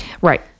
Right